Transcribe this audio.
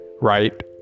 right